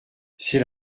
c’est